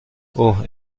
اوه